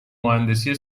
مهندسی